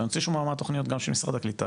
אני רוצה לשמוע מה התוכניות גם של משרד הקליטה,